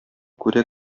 күрә